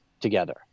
together